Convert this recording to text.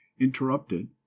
interrupted